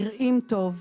נראים טוב.